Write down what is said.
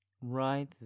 Right